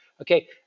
Okay